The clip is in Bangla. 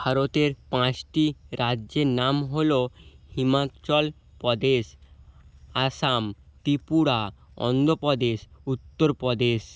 ভারতের পাঁচটি রাজ্যের নাম হল হিমাচল প্রদেশ আসাম ত্রিপুরা অন্ধ্র প্রদেশ উত্তর প্রদেশ